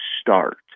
start